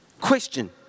Question